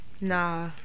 Nah